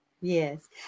Yes